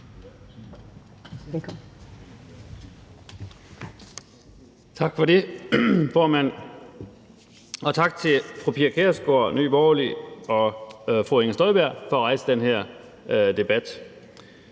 Tak for det, formand. Og tak til fru Pia Kjærsgaard, Nye Borgerlige og fru Inger Støjberg for at rejse den her debat.